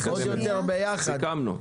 סיכמנו.